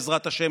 בעזרת השם,